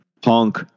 punk